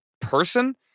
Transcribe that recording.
person